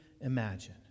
imagine